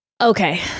Okay